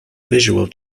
visual